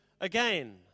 again